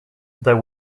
there